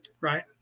right